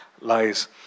lies